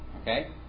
okay